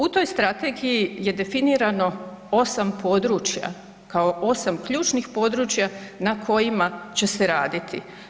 U toj strategiji je definirano 8 područja kao 8 ključnih područja na kojima će se raditi.